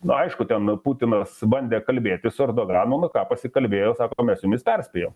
na aišku ten putinas bandė kalbėti su erdoganu na ką pasikalbėjo sako mes jumis perspėjom